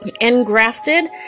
Engrafted